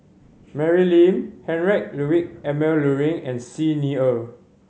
Mary Lim Heinrich Ludwig Emil Luering and Xi Ni Er